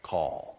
Call